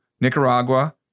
Nicaragua